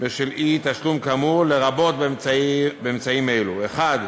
בשל אי-תשלום כאמור, לרבות באמצעים אלו: (1)